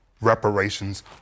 reparations